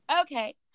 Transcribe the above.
okay